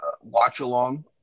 watch-along